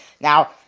Now